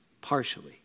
partially